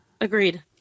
Agreed